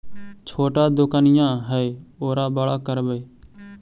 छोटा दोकनिया है ओरा बड़ा करवै?